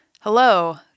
hello